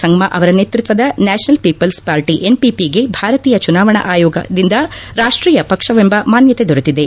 ಸಂಗ್ನ ಅವರ ನೇತೃತ್ವದ National People's Party ಎನ್ಪಿಪಿಗೆ ಭಾರತೀಯ ಚುನಾವಣಾ ಆಯೋಗ ಇಸಿಯ ದಿಂದ ರಾಷ್ಷೀಯ ಪಕ್ಷವೆಂಬ ಮಾನ್ಗತೆ ದೊರೆತಿದೆ